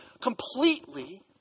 completely